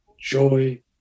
joy